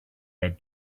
had